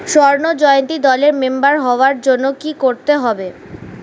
স্বর্ণ জয়ন্তী দলের মেম্বার হওয়ার জন্য কি করতে হবে?